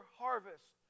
harvest